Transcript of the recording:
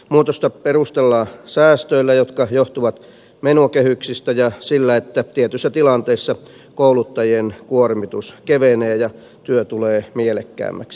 muutosta perustellaan säästöillä jotka johtuvat menokehyksistä ja sillä että tietyissä tilanteissa kouluttajien kuormitus kevenee ja työ tulee mielekkäämmäksi